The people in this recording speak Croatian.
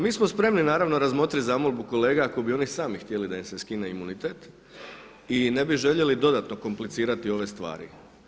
Mi smo spremni naravno razmotriti zamolbu kolega ako bi oni sami htjeli da im se skine imunitet i ne bi željeli dodatno komplicirati ove stvari.